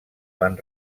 van